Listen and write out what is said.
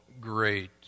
great